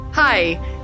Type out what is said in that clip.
Hi